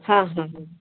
हाँ हाँ